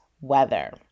weather